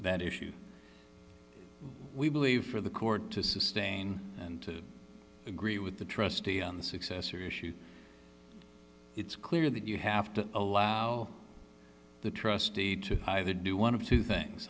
that issues we believe for the court to sustain and to agree with the trustee on the successor issue it's clear that you have to allow the trustee to high the do one of two things